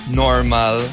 normal